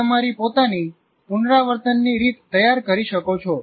તમે તમારી પોતાની પુનરાવર્તનની રીત તૈયાર કરી શકો છો